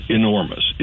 enormous